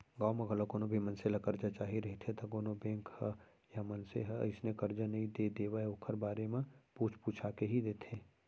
गाँव म घलौ कोनो भी मनसे ल करजा चाही रहिथे त कोनो बेंक ह या मनसे ह अइसने करजा नइ दे देवय ओखर बारे म पूछ पूछा के ही देथे